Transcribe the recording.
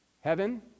Heaven